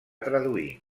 traduir